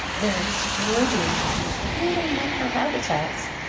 they're exploiting these little microhabitats,